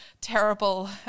terrible